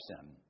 sin